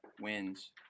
wins